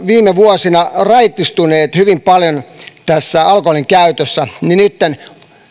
viime vuosina raitistuneet hyvin paljon alkoholinkäytössä niin